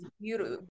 beautiful